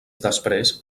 després